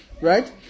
right